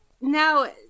now